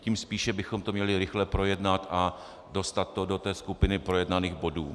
Tím spíše bychom to měli rychle projednat a dostat to do skupiny projednaných bodů.